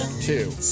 Two